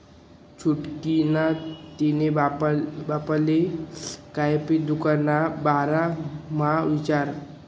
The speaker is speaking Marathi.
छुटकी नी तिन्हा बापले किफायती दुकान ना बारा म्हा विचार